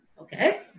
okay